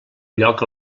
lloc